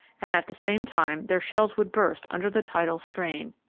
and at the same time their shells would burst under the tidal strain,